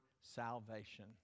salvation